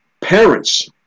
parents